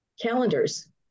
calendars